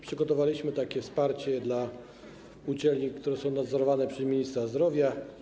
Przygotowaliśmy takie wsparcie dla uczelni, które są nadzorowane przez ministra zdrowia.